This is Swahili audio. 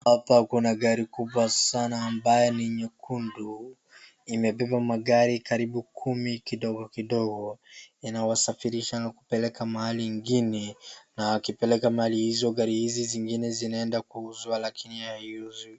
Hapa kuna gari kubwa sana ambayo ni nyekundu imebeba magari karibu kumi ambayo ni kidogo kidogo inawasafirisha kupeleka mahali ingine na akipeleka mahali hizo gari hizi hizi zingine zinaenda kuuzwa lakini hiyo haiuzwi.